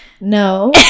No